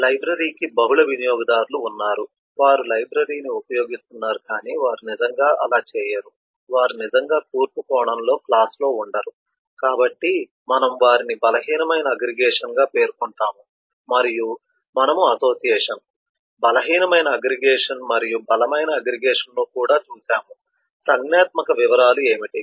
లైబ్రరీకి బహుళ వినియోగదారులు ఉన్నారు వారు లైబ్రరీని ఉపయోగిస్తున్నారు కాని వారు నిజంగా అలా చేయరు వారు నిజంగా కూర్పు కోణంలో క్లాస్లో ఉండరు కాబట్టి మనము వారిని బలహీనమైన అగ్రిగేషన్గా పేర్కొంటాము మరియు మనము అసోసియేషన్ బలహీనమైన అగ్రిగేషన్ మరియు బలమైన అగ్రిగేషన్ను కూడా చూశాము సంజ్ఞాత్మక వివరాలు ఏమిటి